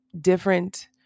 different